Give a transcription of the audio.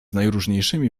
najróżniejszymi